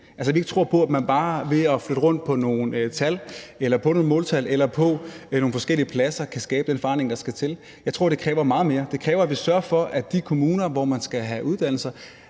tror på, at man bare ved at flytte rundt på nogle tal, nogle måltal, eller på nogle forskellige pladser kan skabe den forandring, der skal til. Jeg tror, at det kræver meget mere. Det kræver, at vi sørger for, at man i de kommuner, hvor man skal have uddannelser,